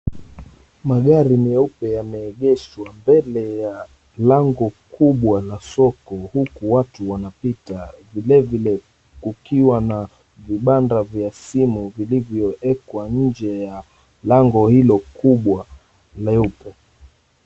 Magari meupe yameegeshwa mbele ya lango kubwa la soko huku watu wanapita. Vilevile, kukiwa na vibanda vya simu vilivyowekwa nje ya lango hilo kubwa leupe.